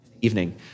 evening